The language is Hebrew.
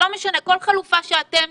כל חלופה שאתם